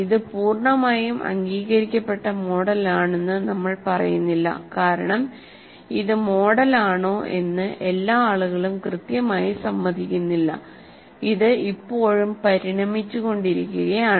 ഇത് പൂർണ്ണമായും അംഗീകരിക്കപ്പെട്ട മോഡലാണെന്ന് നമ്മൾ പറയുന്നില്ല കാരണം ഇത് മോഡലാണോ എന്ന് എല്ലാ ആളുകളും കൃത്യമായി സമ്മതിക്കുന്നില്ല ഇത് ഇപ്പോഴും പരിണമിച്ചു കൊണ്ടിരിക്കുകയാണ്